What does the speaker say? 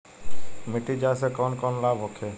मिट्टी जाँच से कौन कौनलाभ होखे?